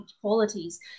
qualities